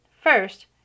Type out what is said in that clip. First